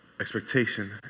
expectation